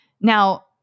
Now